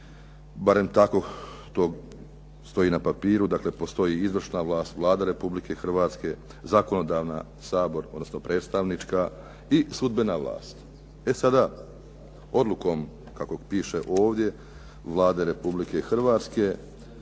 barem tako to stoji na papiru, dakle postoji izvršna vlast Vlada Republike Hrvatske, zakonodavna Sabor, odnosno predstavnička i sudbena vlast. E sada, odlukom kako piše ovdje Vlade Republike Hrvatske